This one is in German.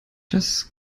das